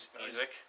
music